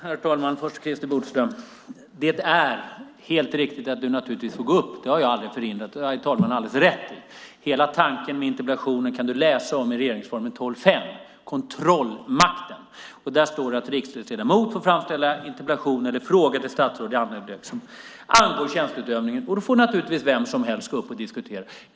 Herr talman! Jag vill först säga till Krister Hammarbergh att det naturligtvis är helt riktigt att du får gå upp i debatten. Det har talmannen alldeles rätt i. Du kan läsa hela tanken med interpellationer i regeringsformen 12 kap. 5 § om kontrollmakten. Där står det att riksdagsledamot får framställa interpellation eller fråga till statsråd i angelägenhet som angår tjänsteutövningen. Då får naturligtvis vem som helst vara med och diskutera.